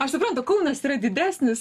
aš suprantu kaunas yra didesnis